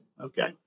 Okay